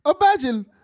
imagine